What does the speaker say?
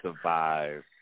survive